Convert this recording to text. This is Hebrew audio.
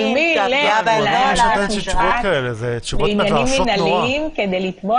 אבל מי ילך לבית משפט לעניינים מנהליים כדי לתבוע